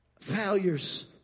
failures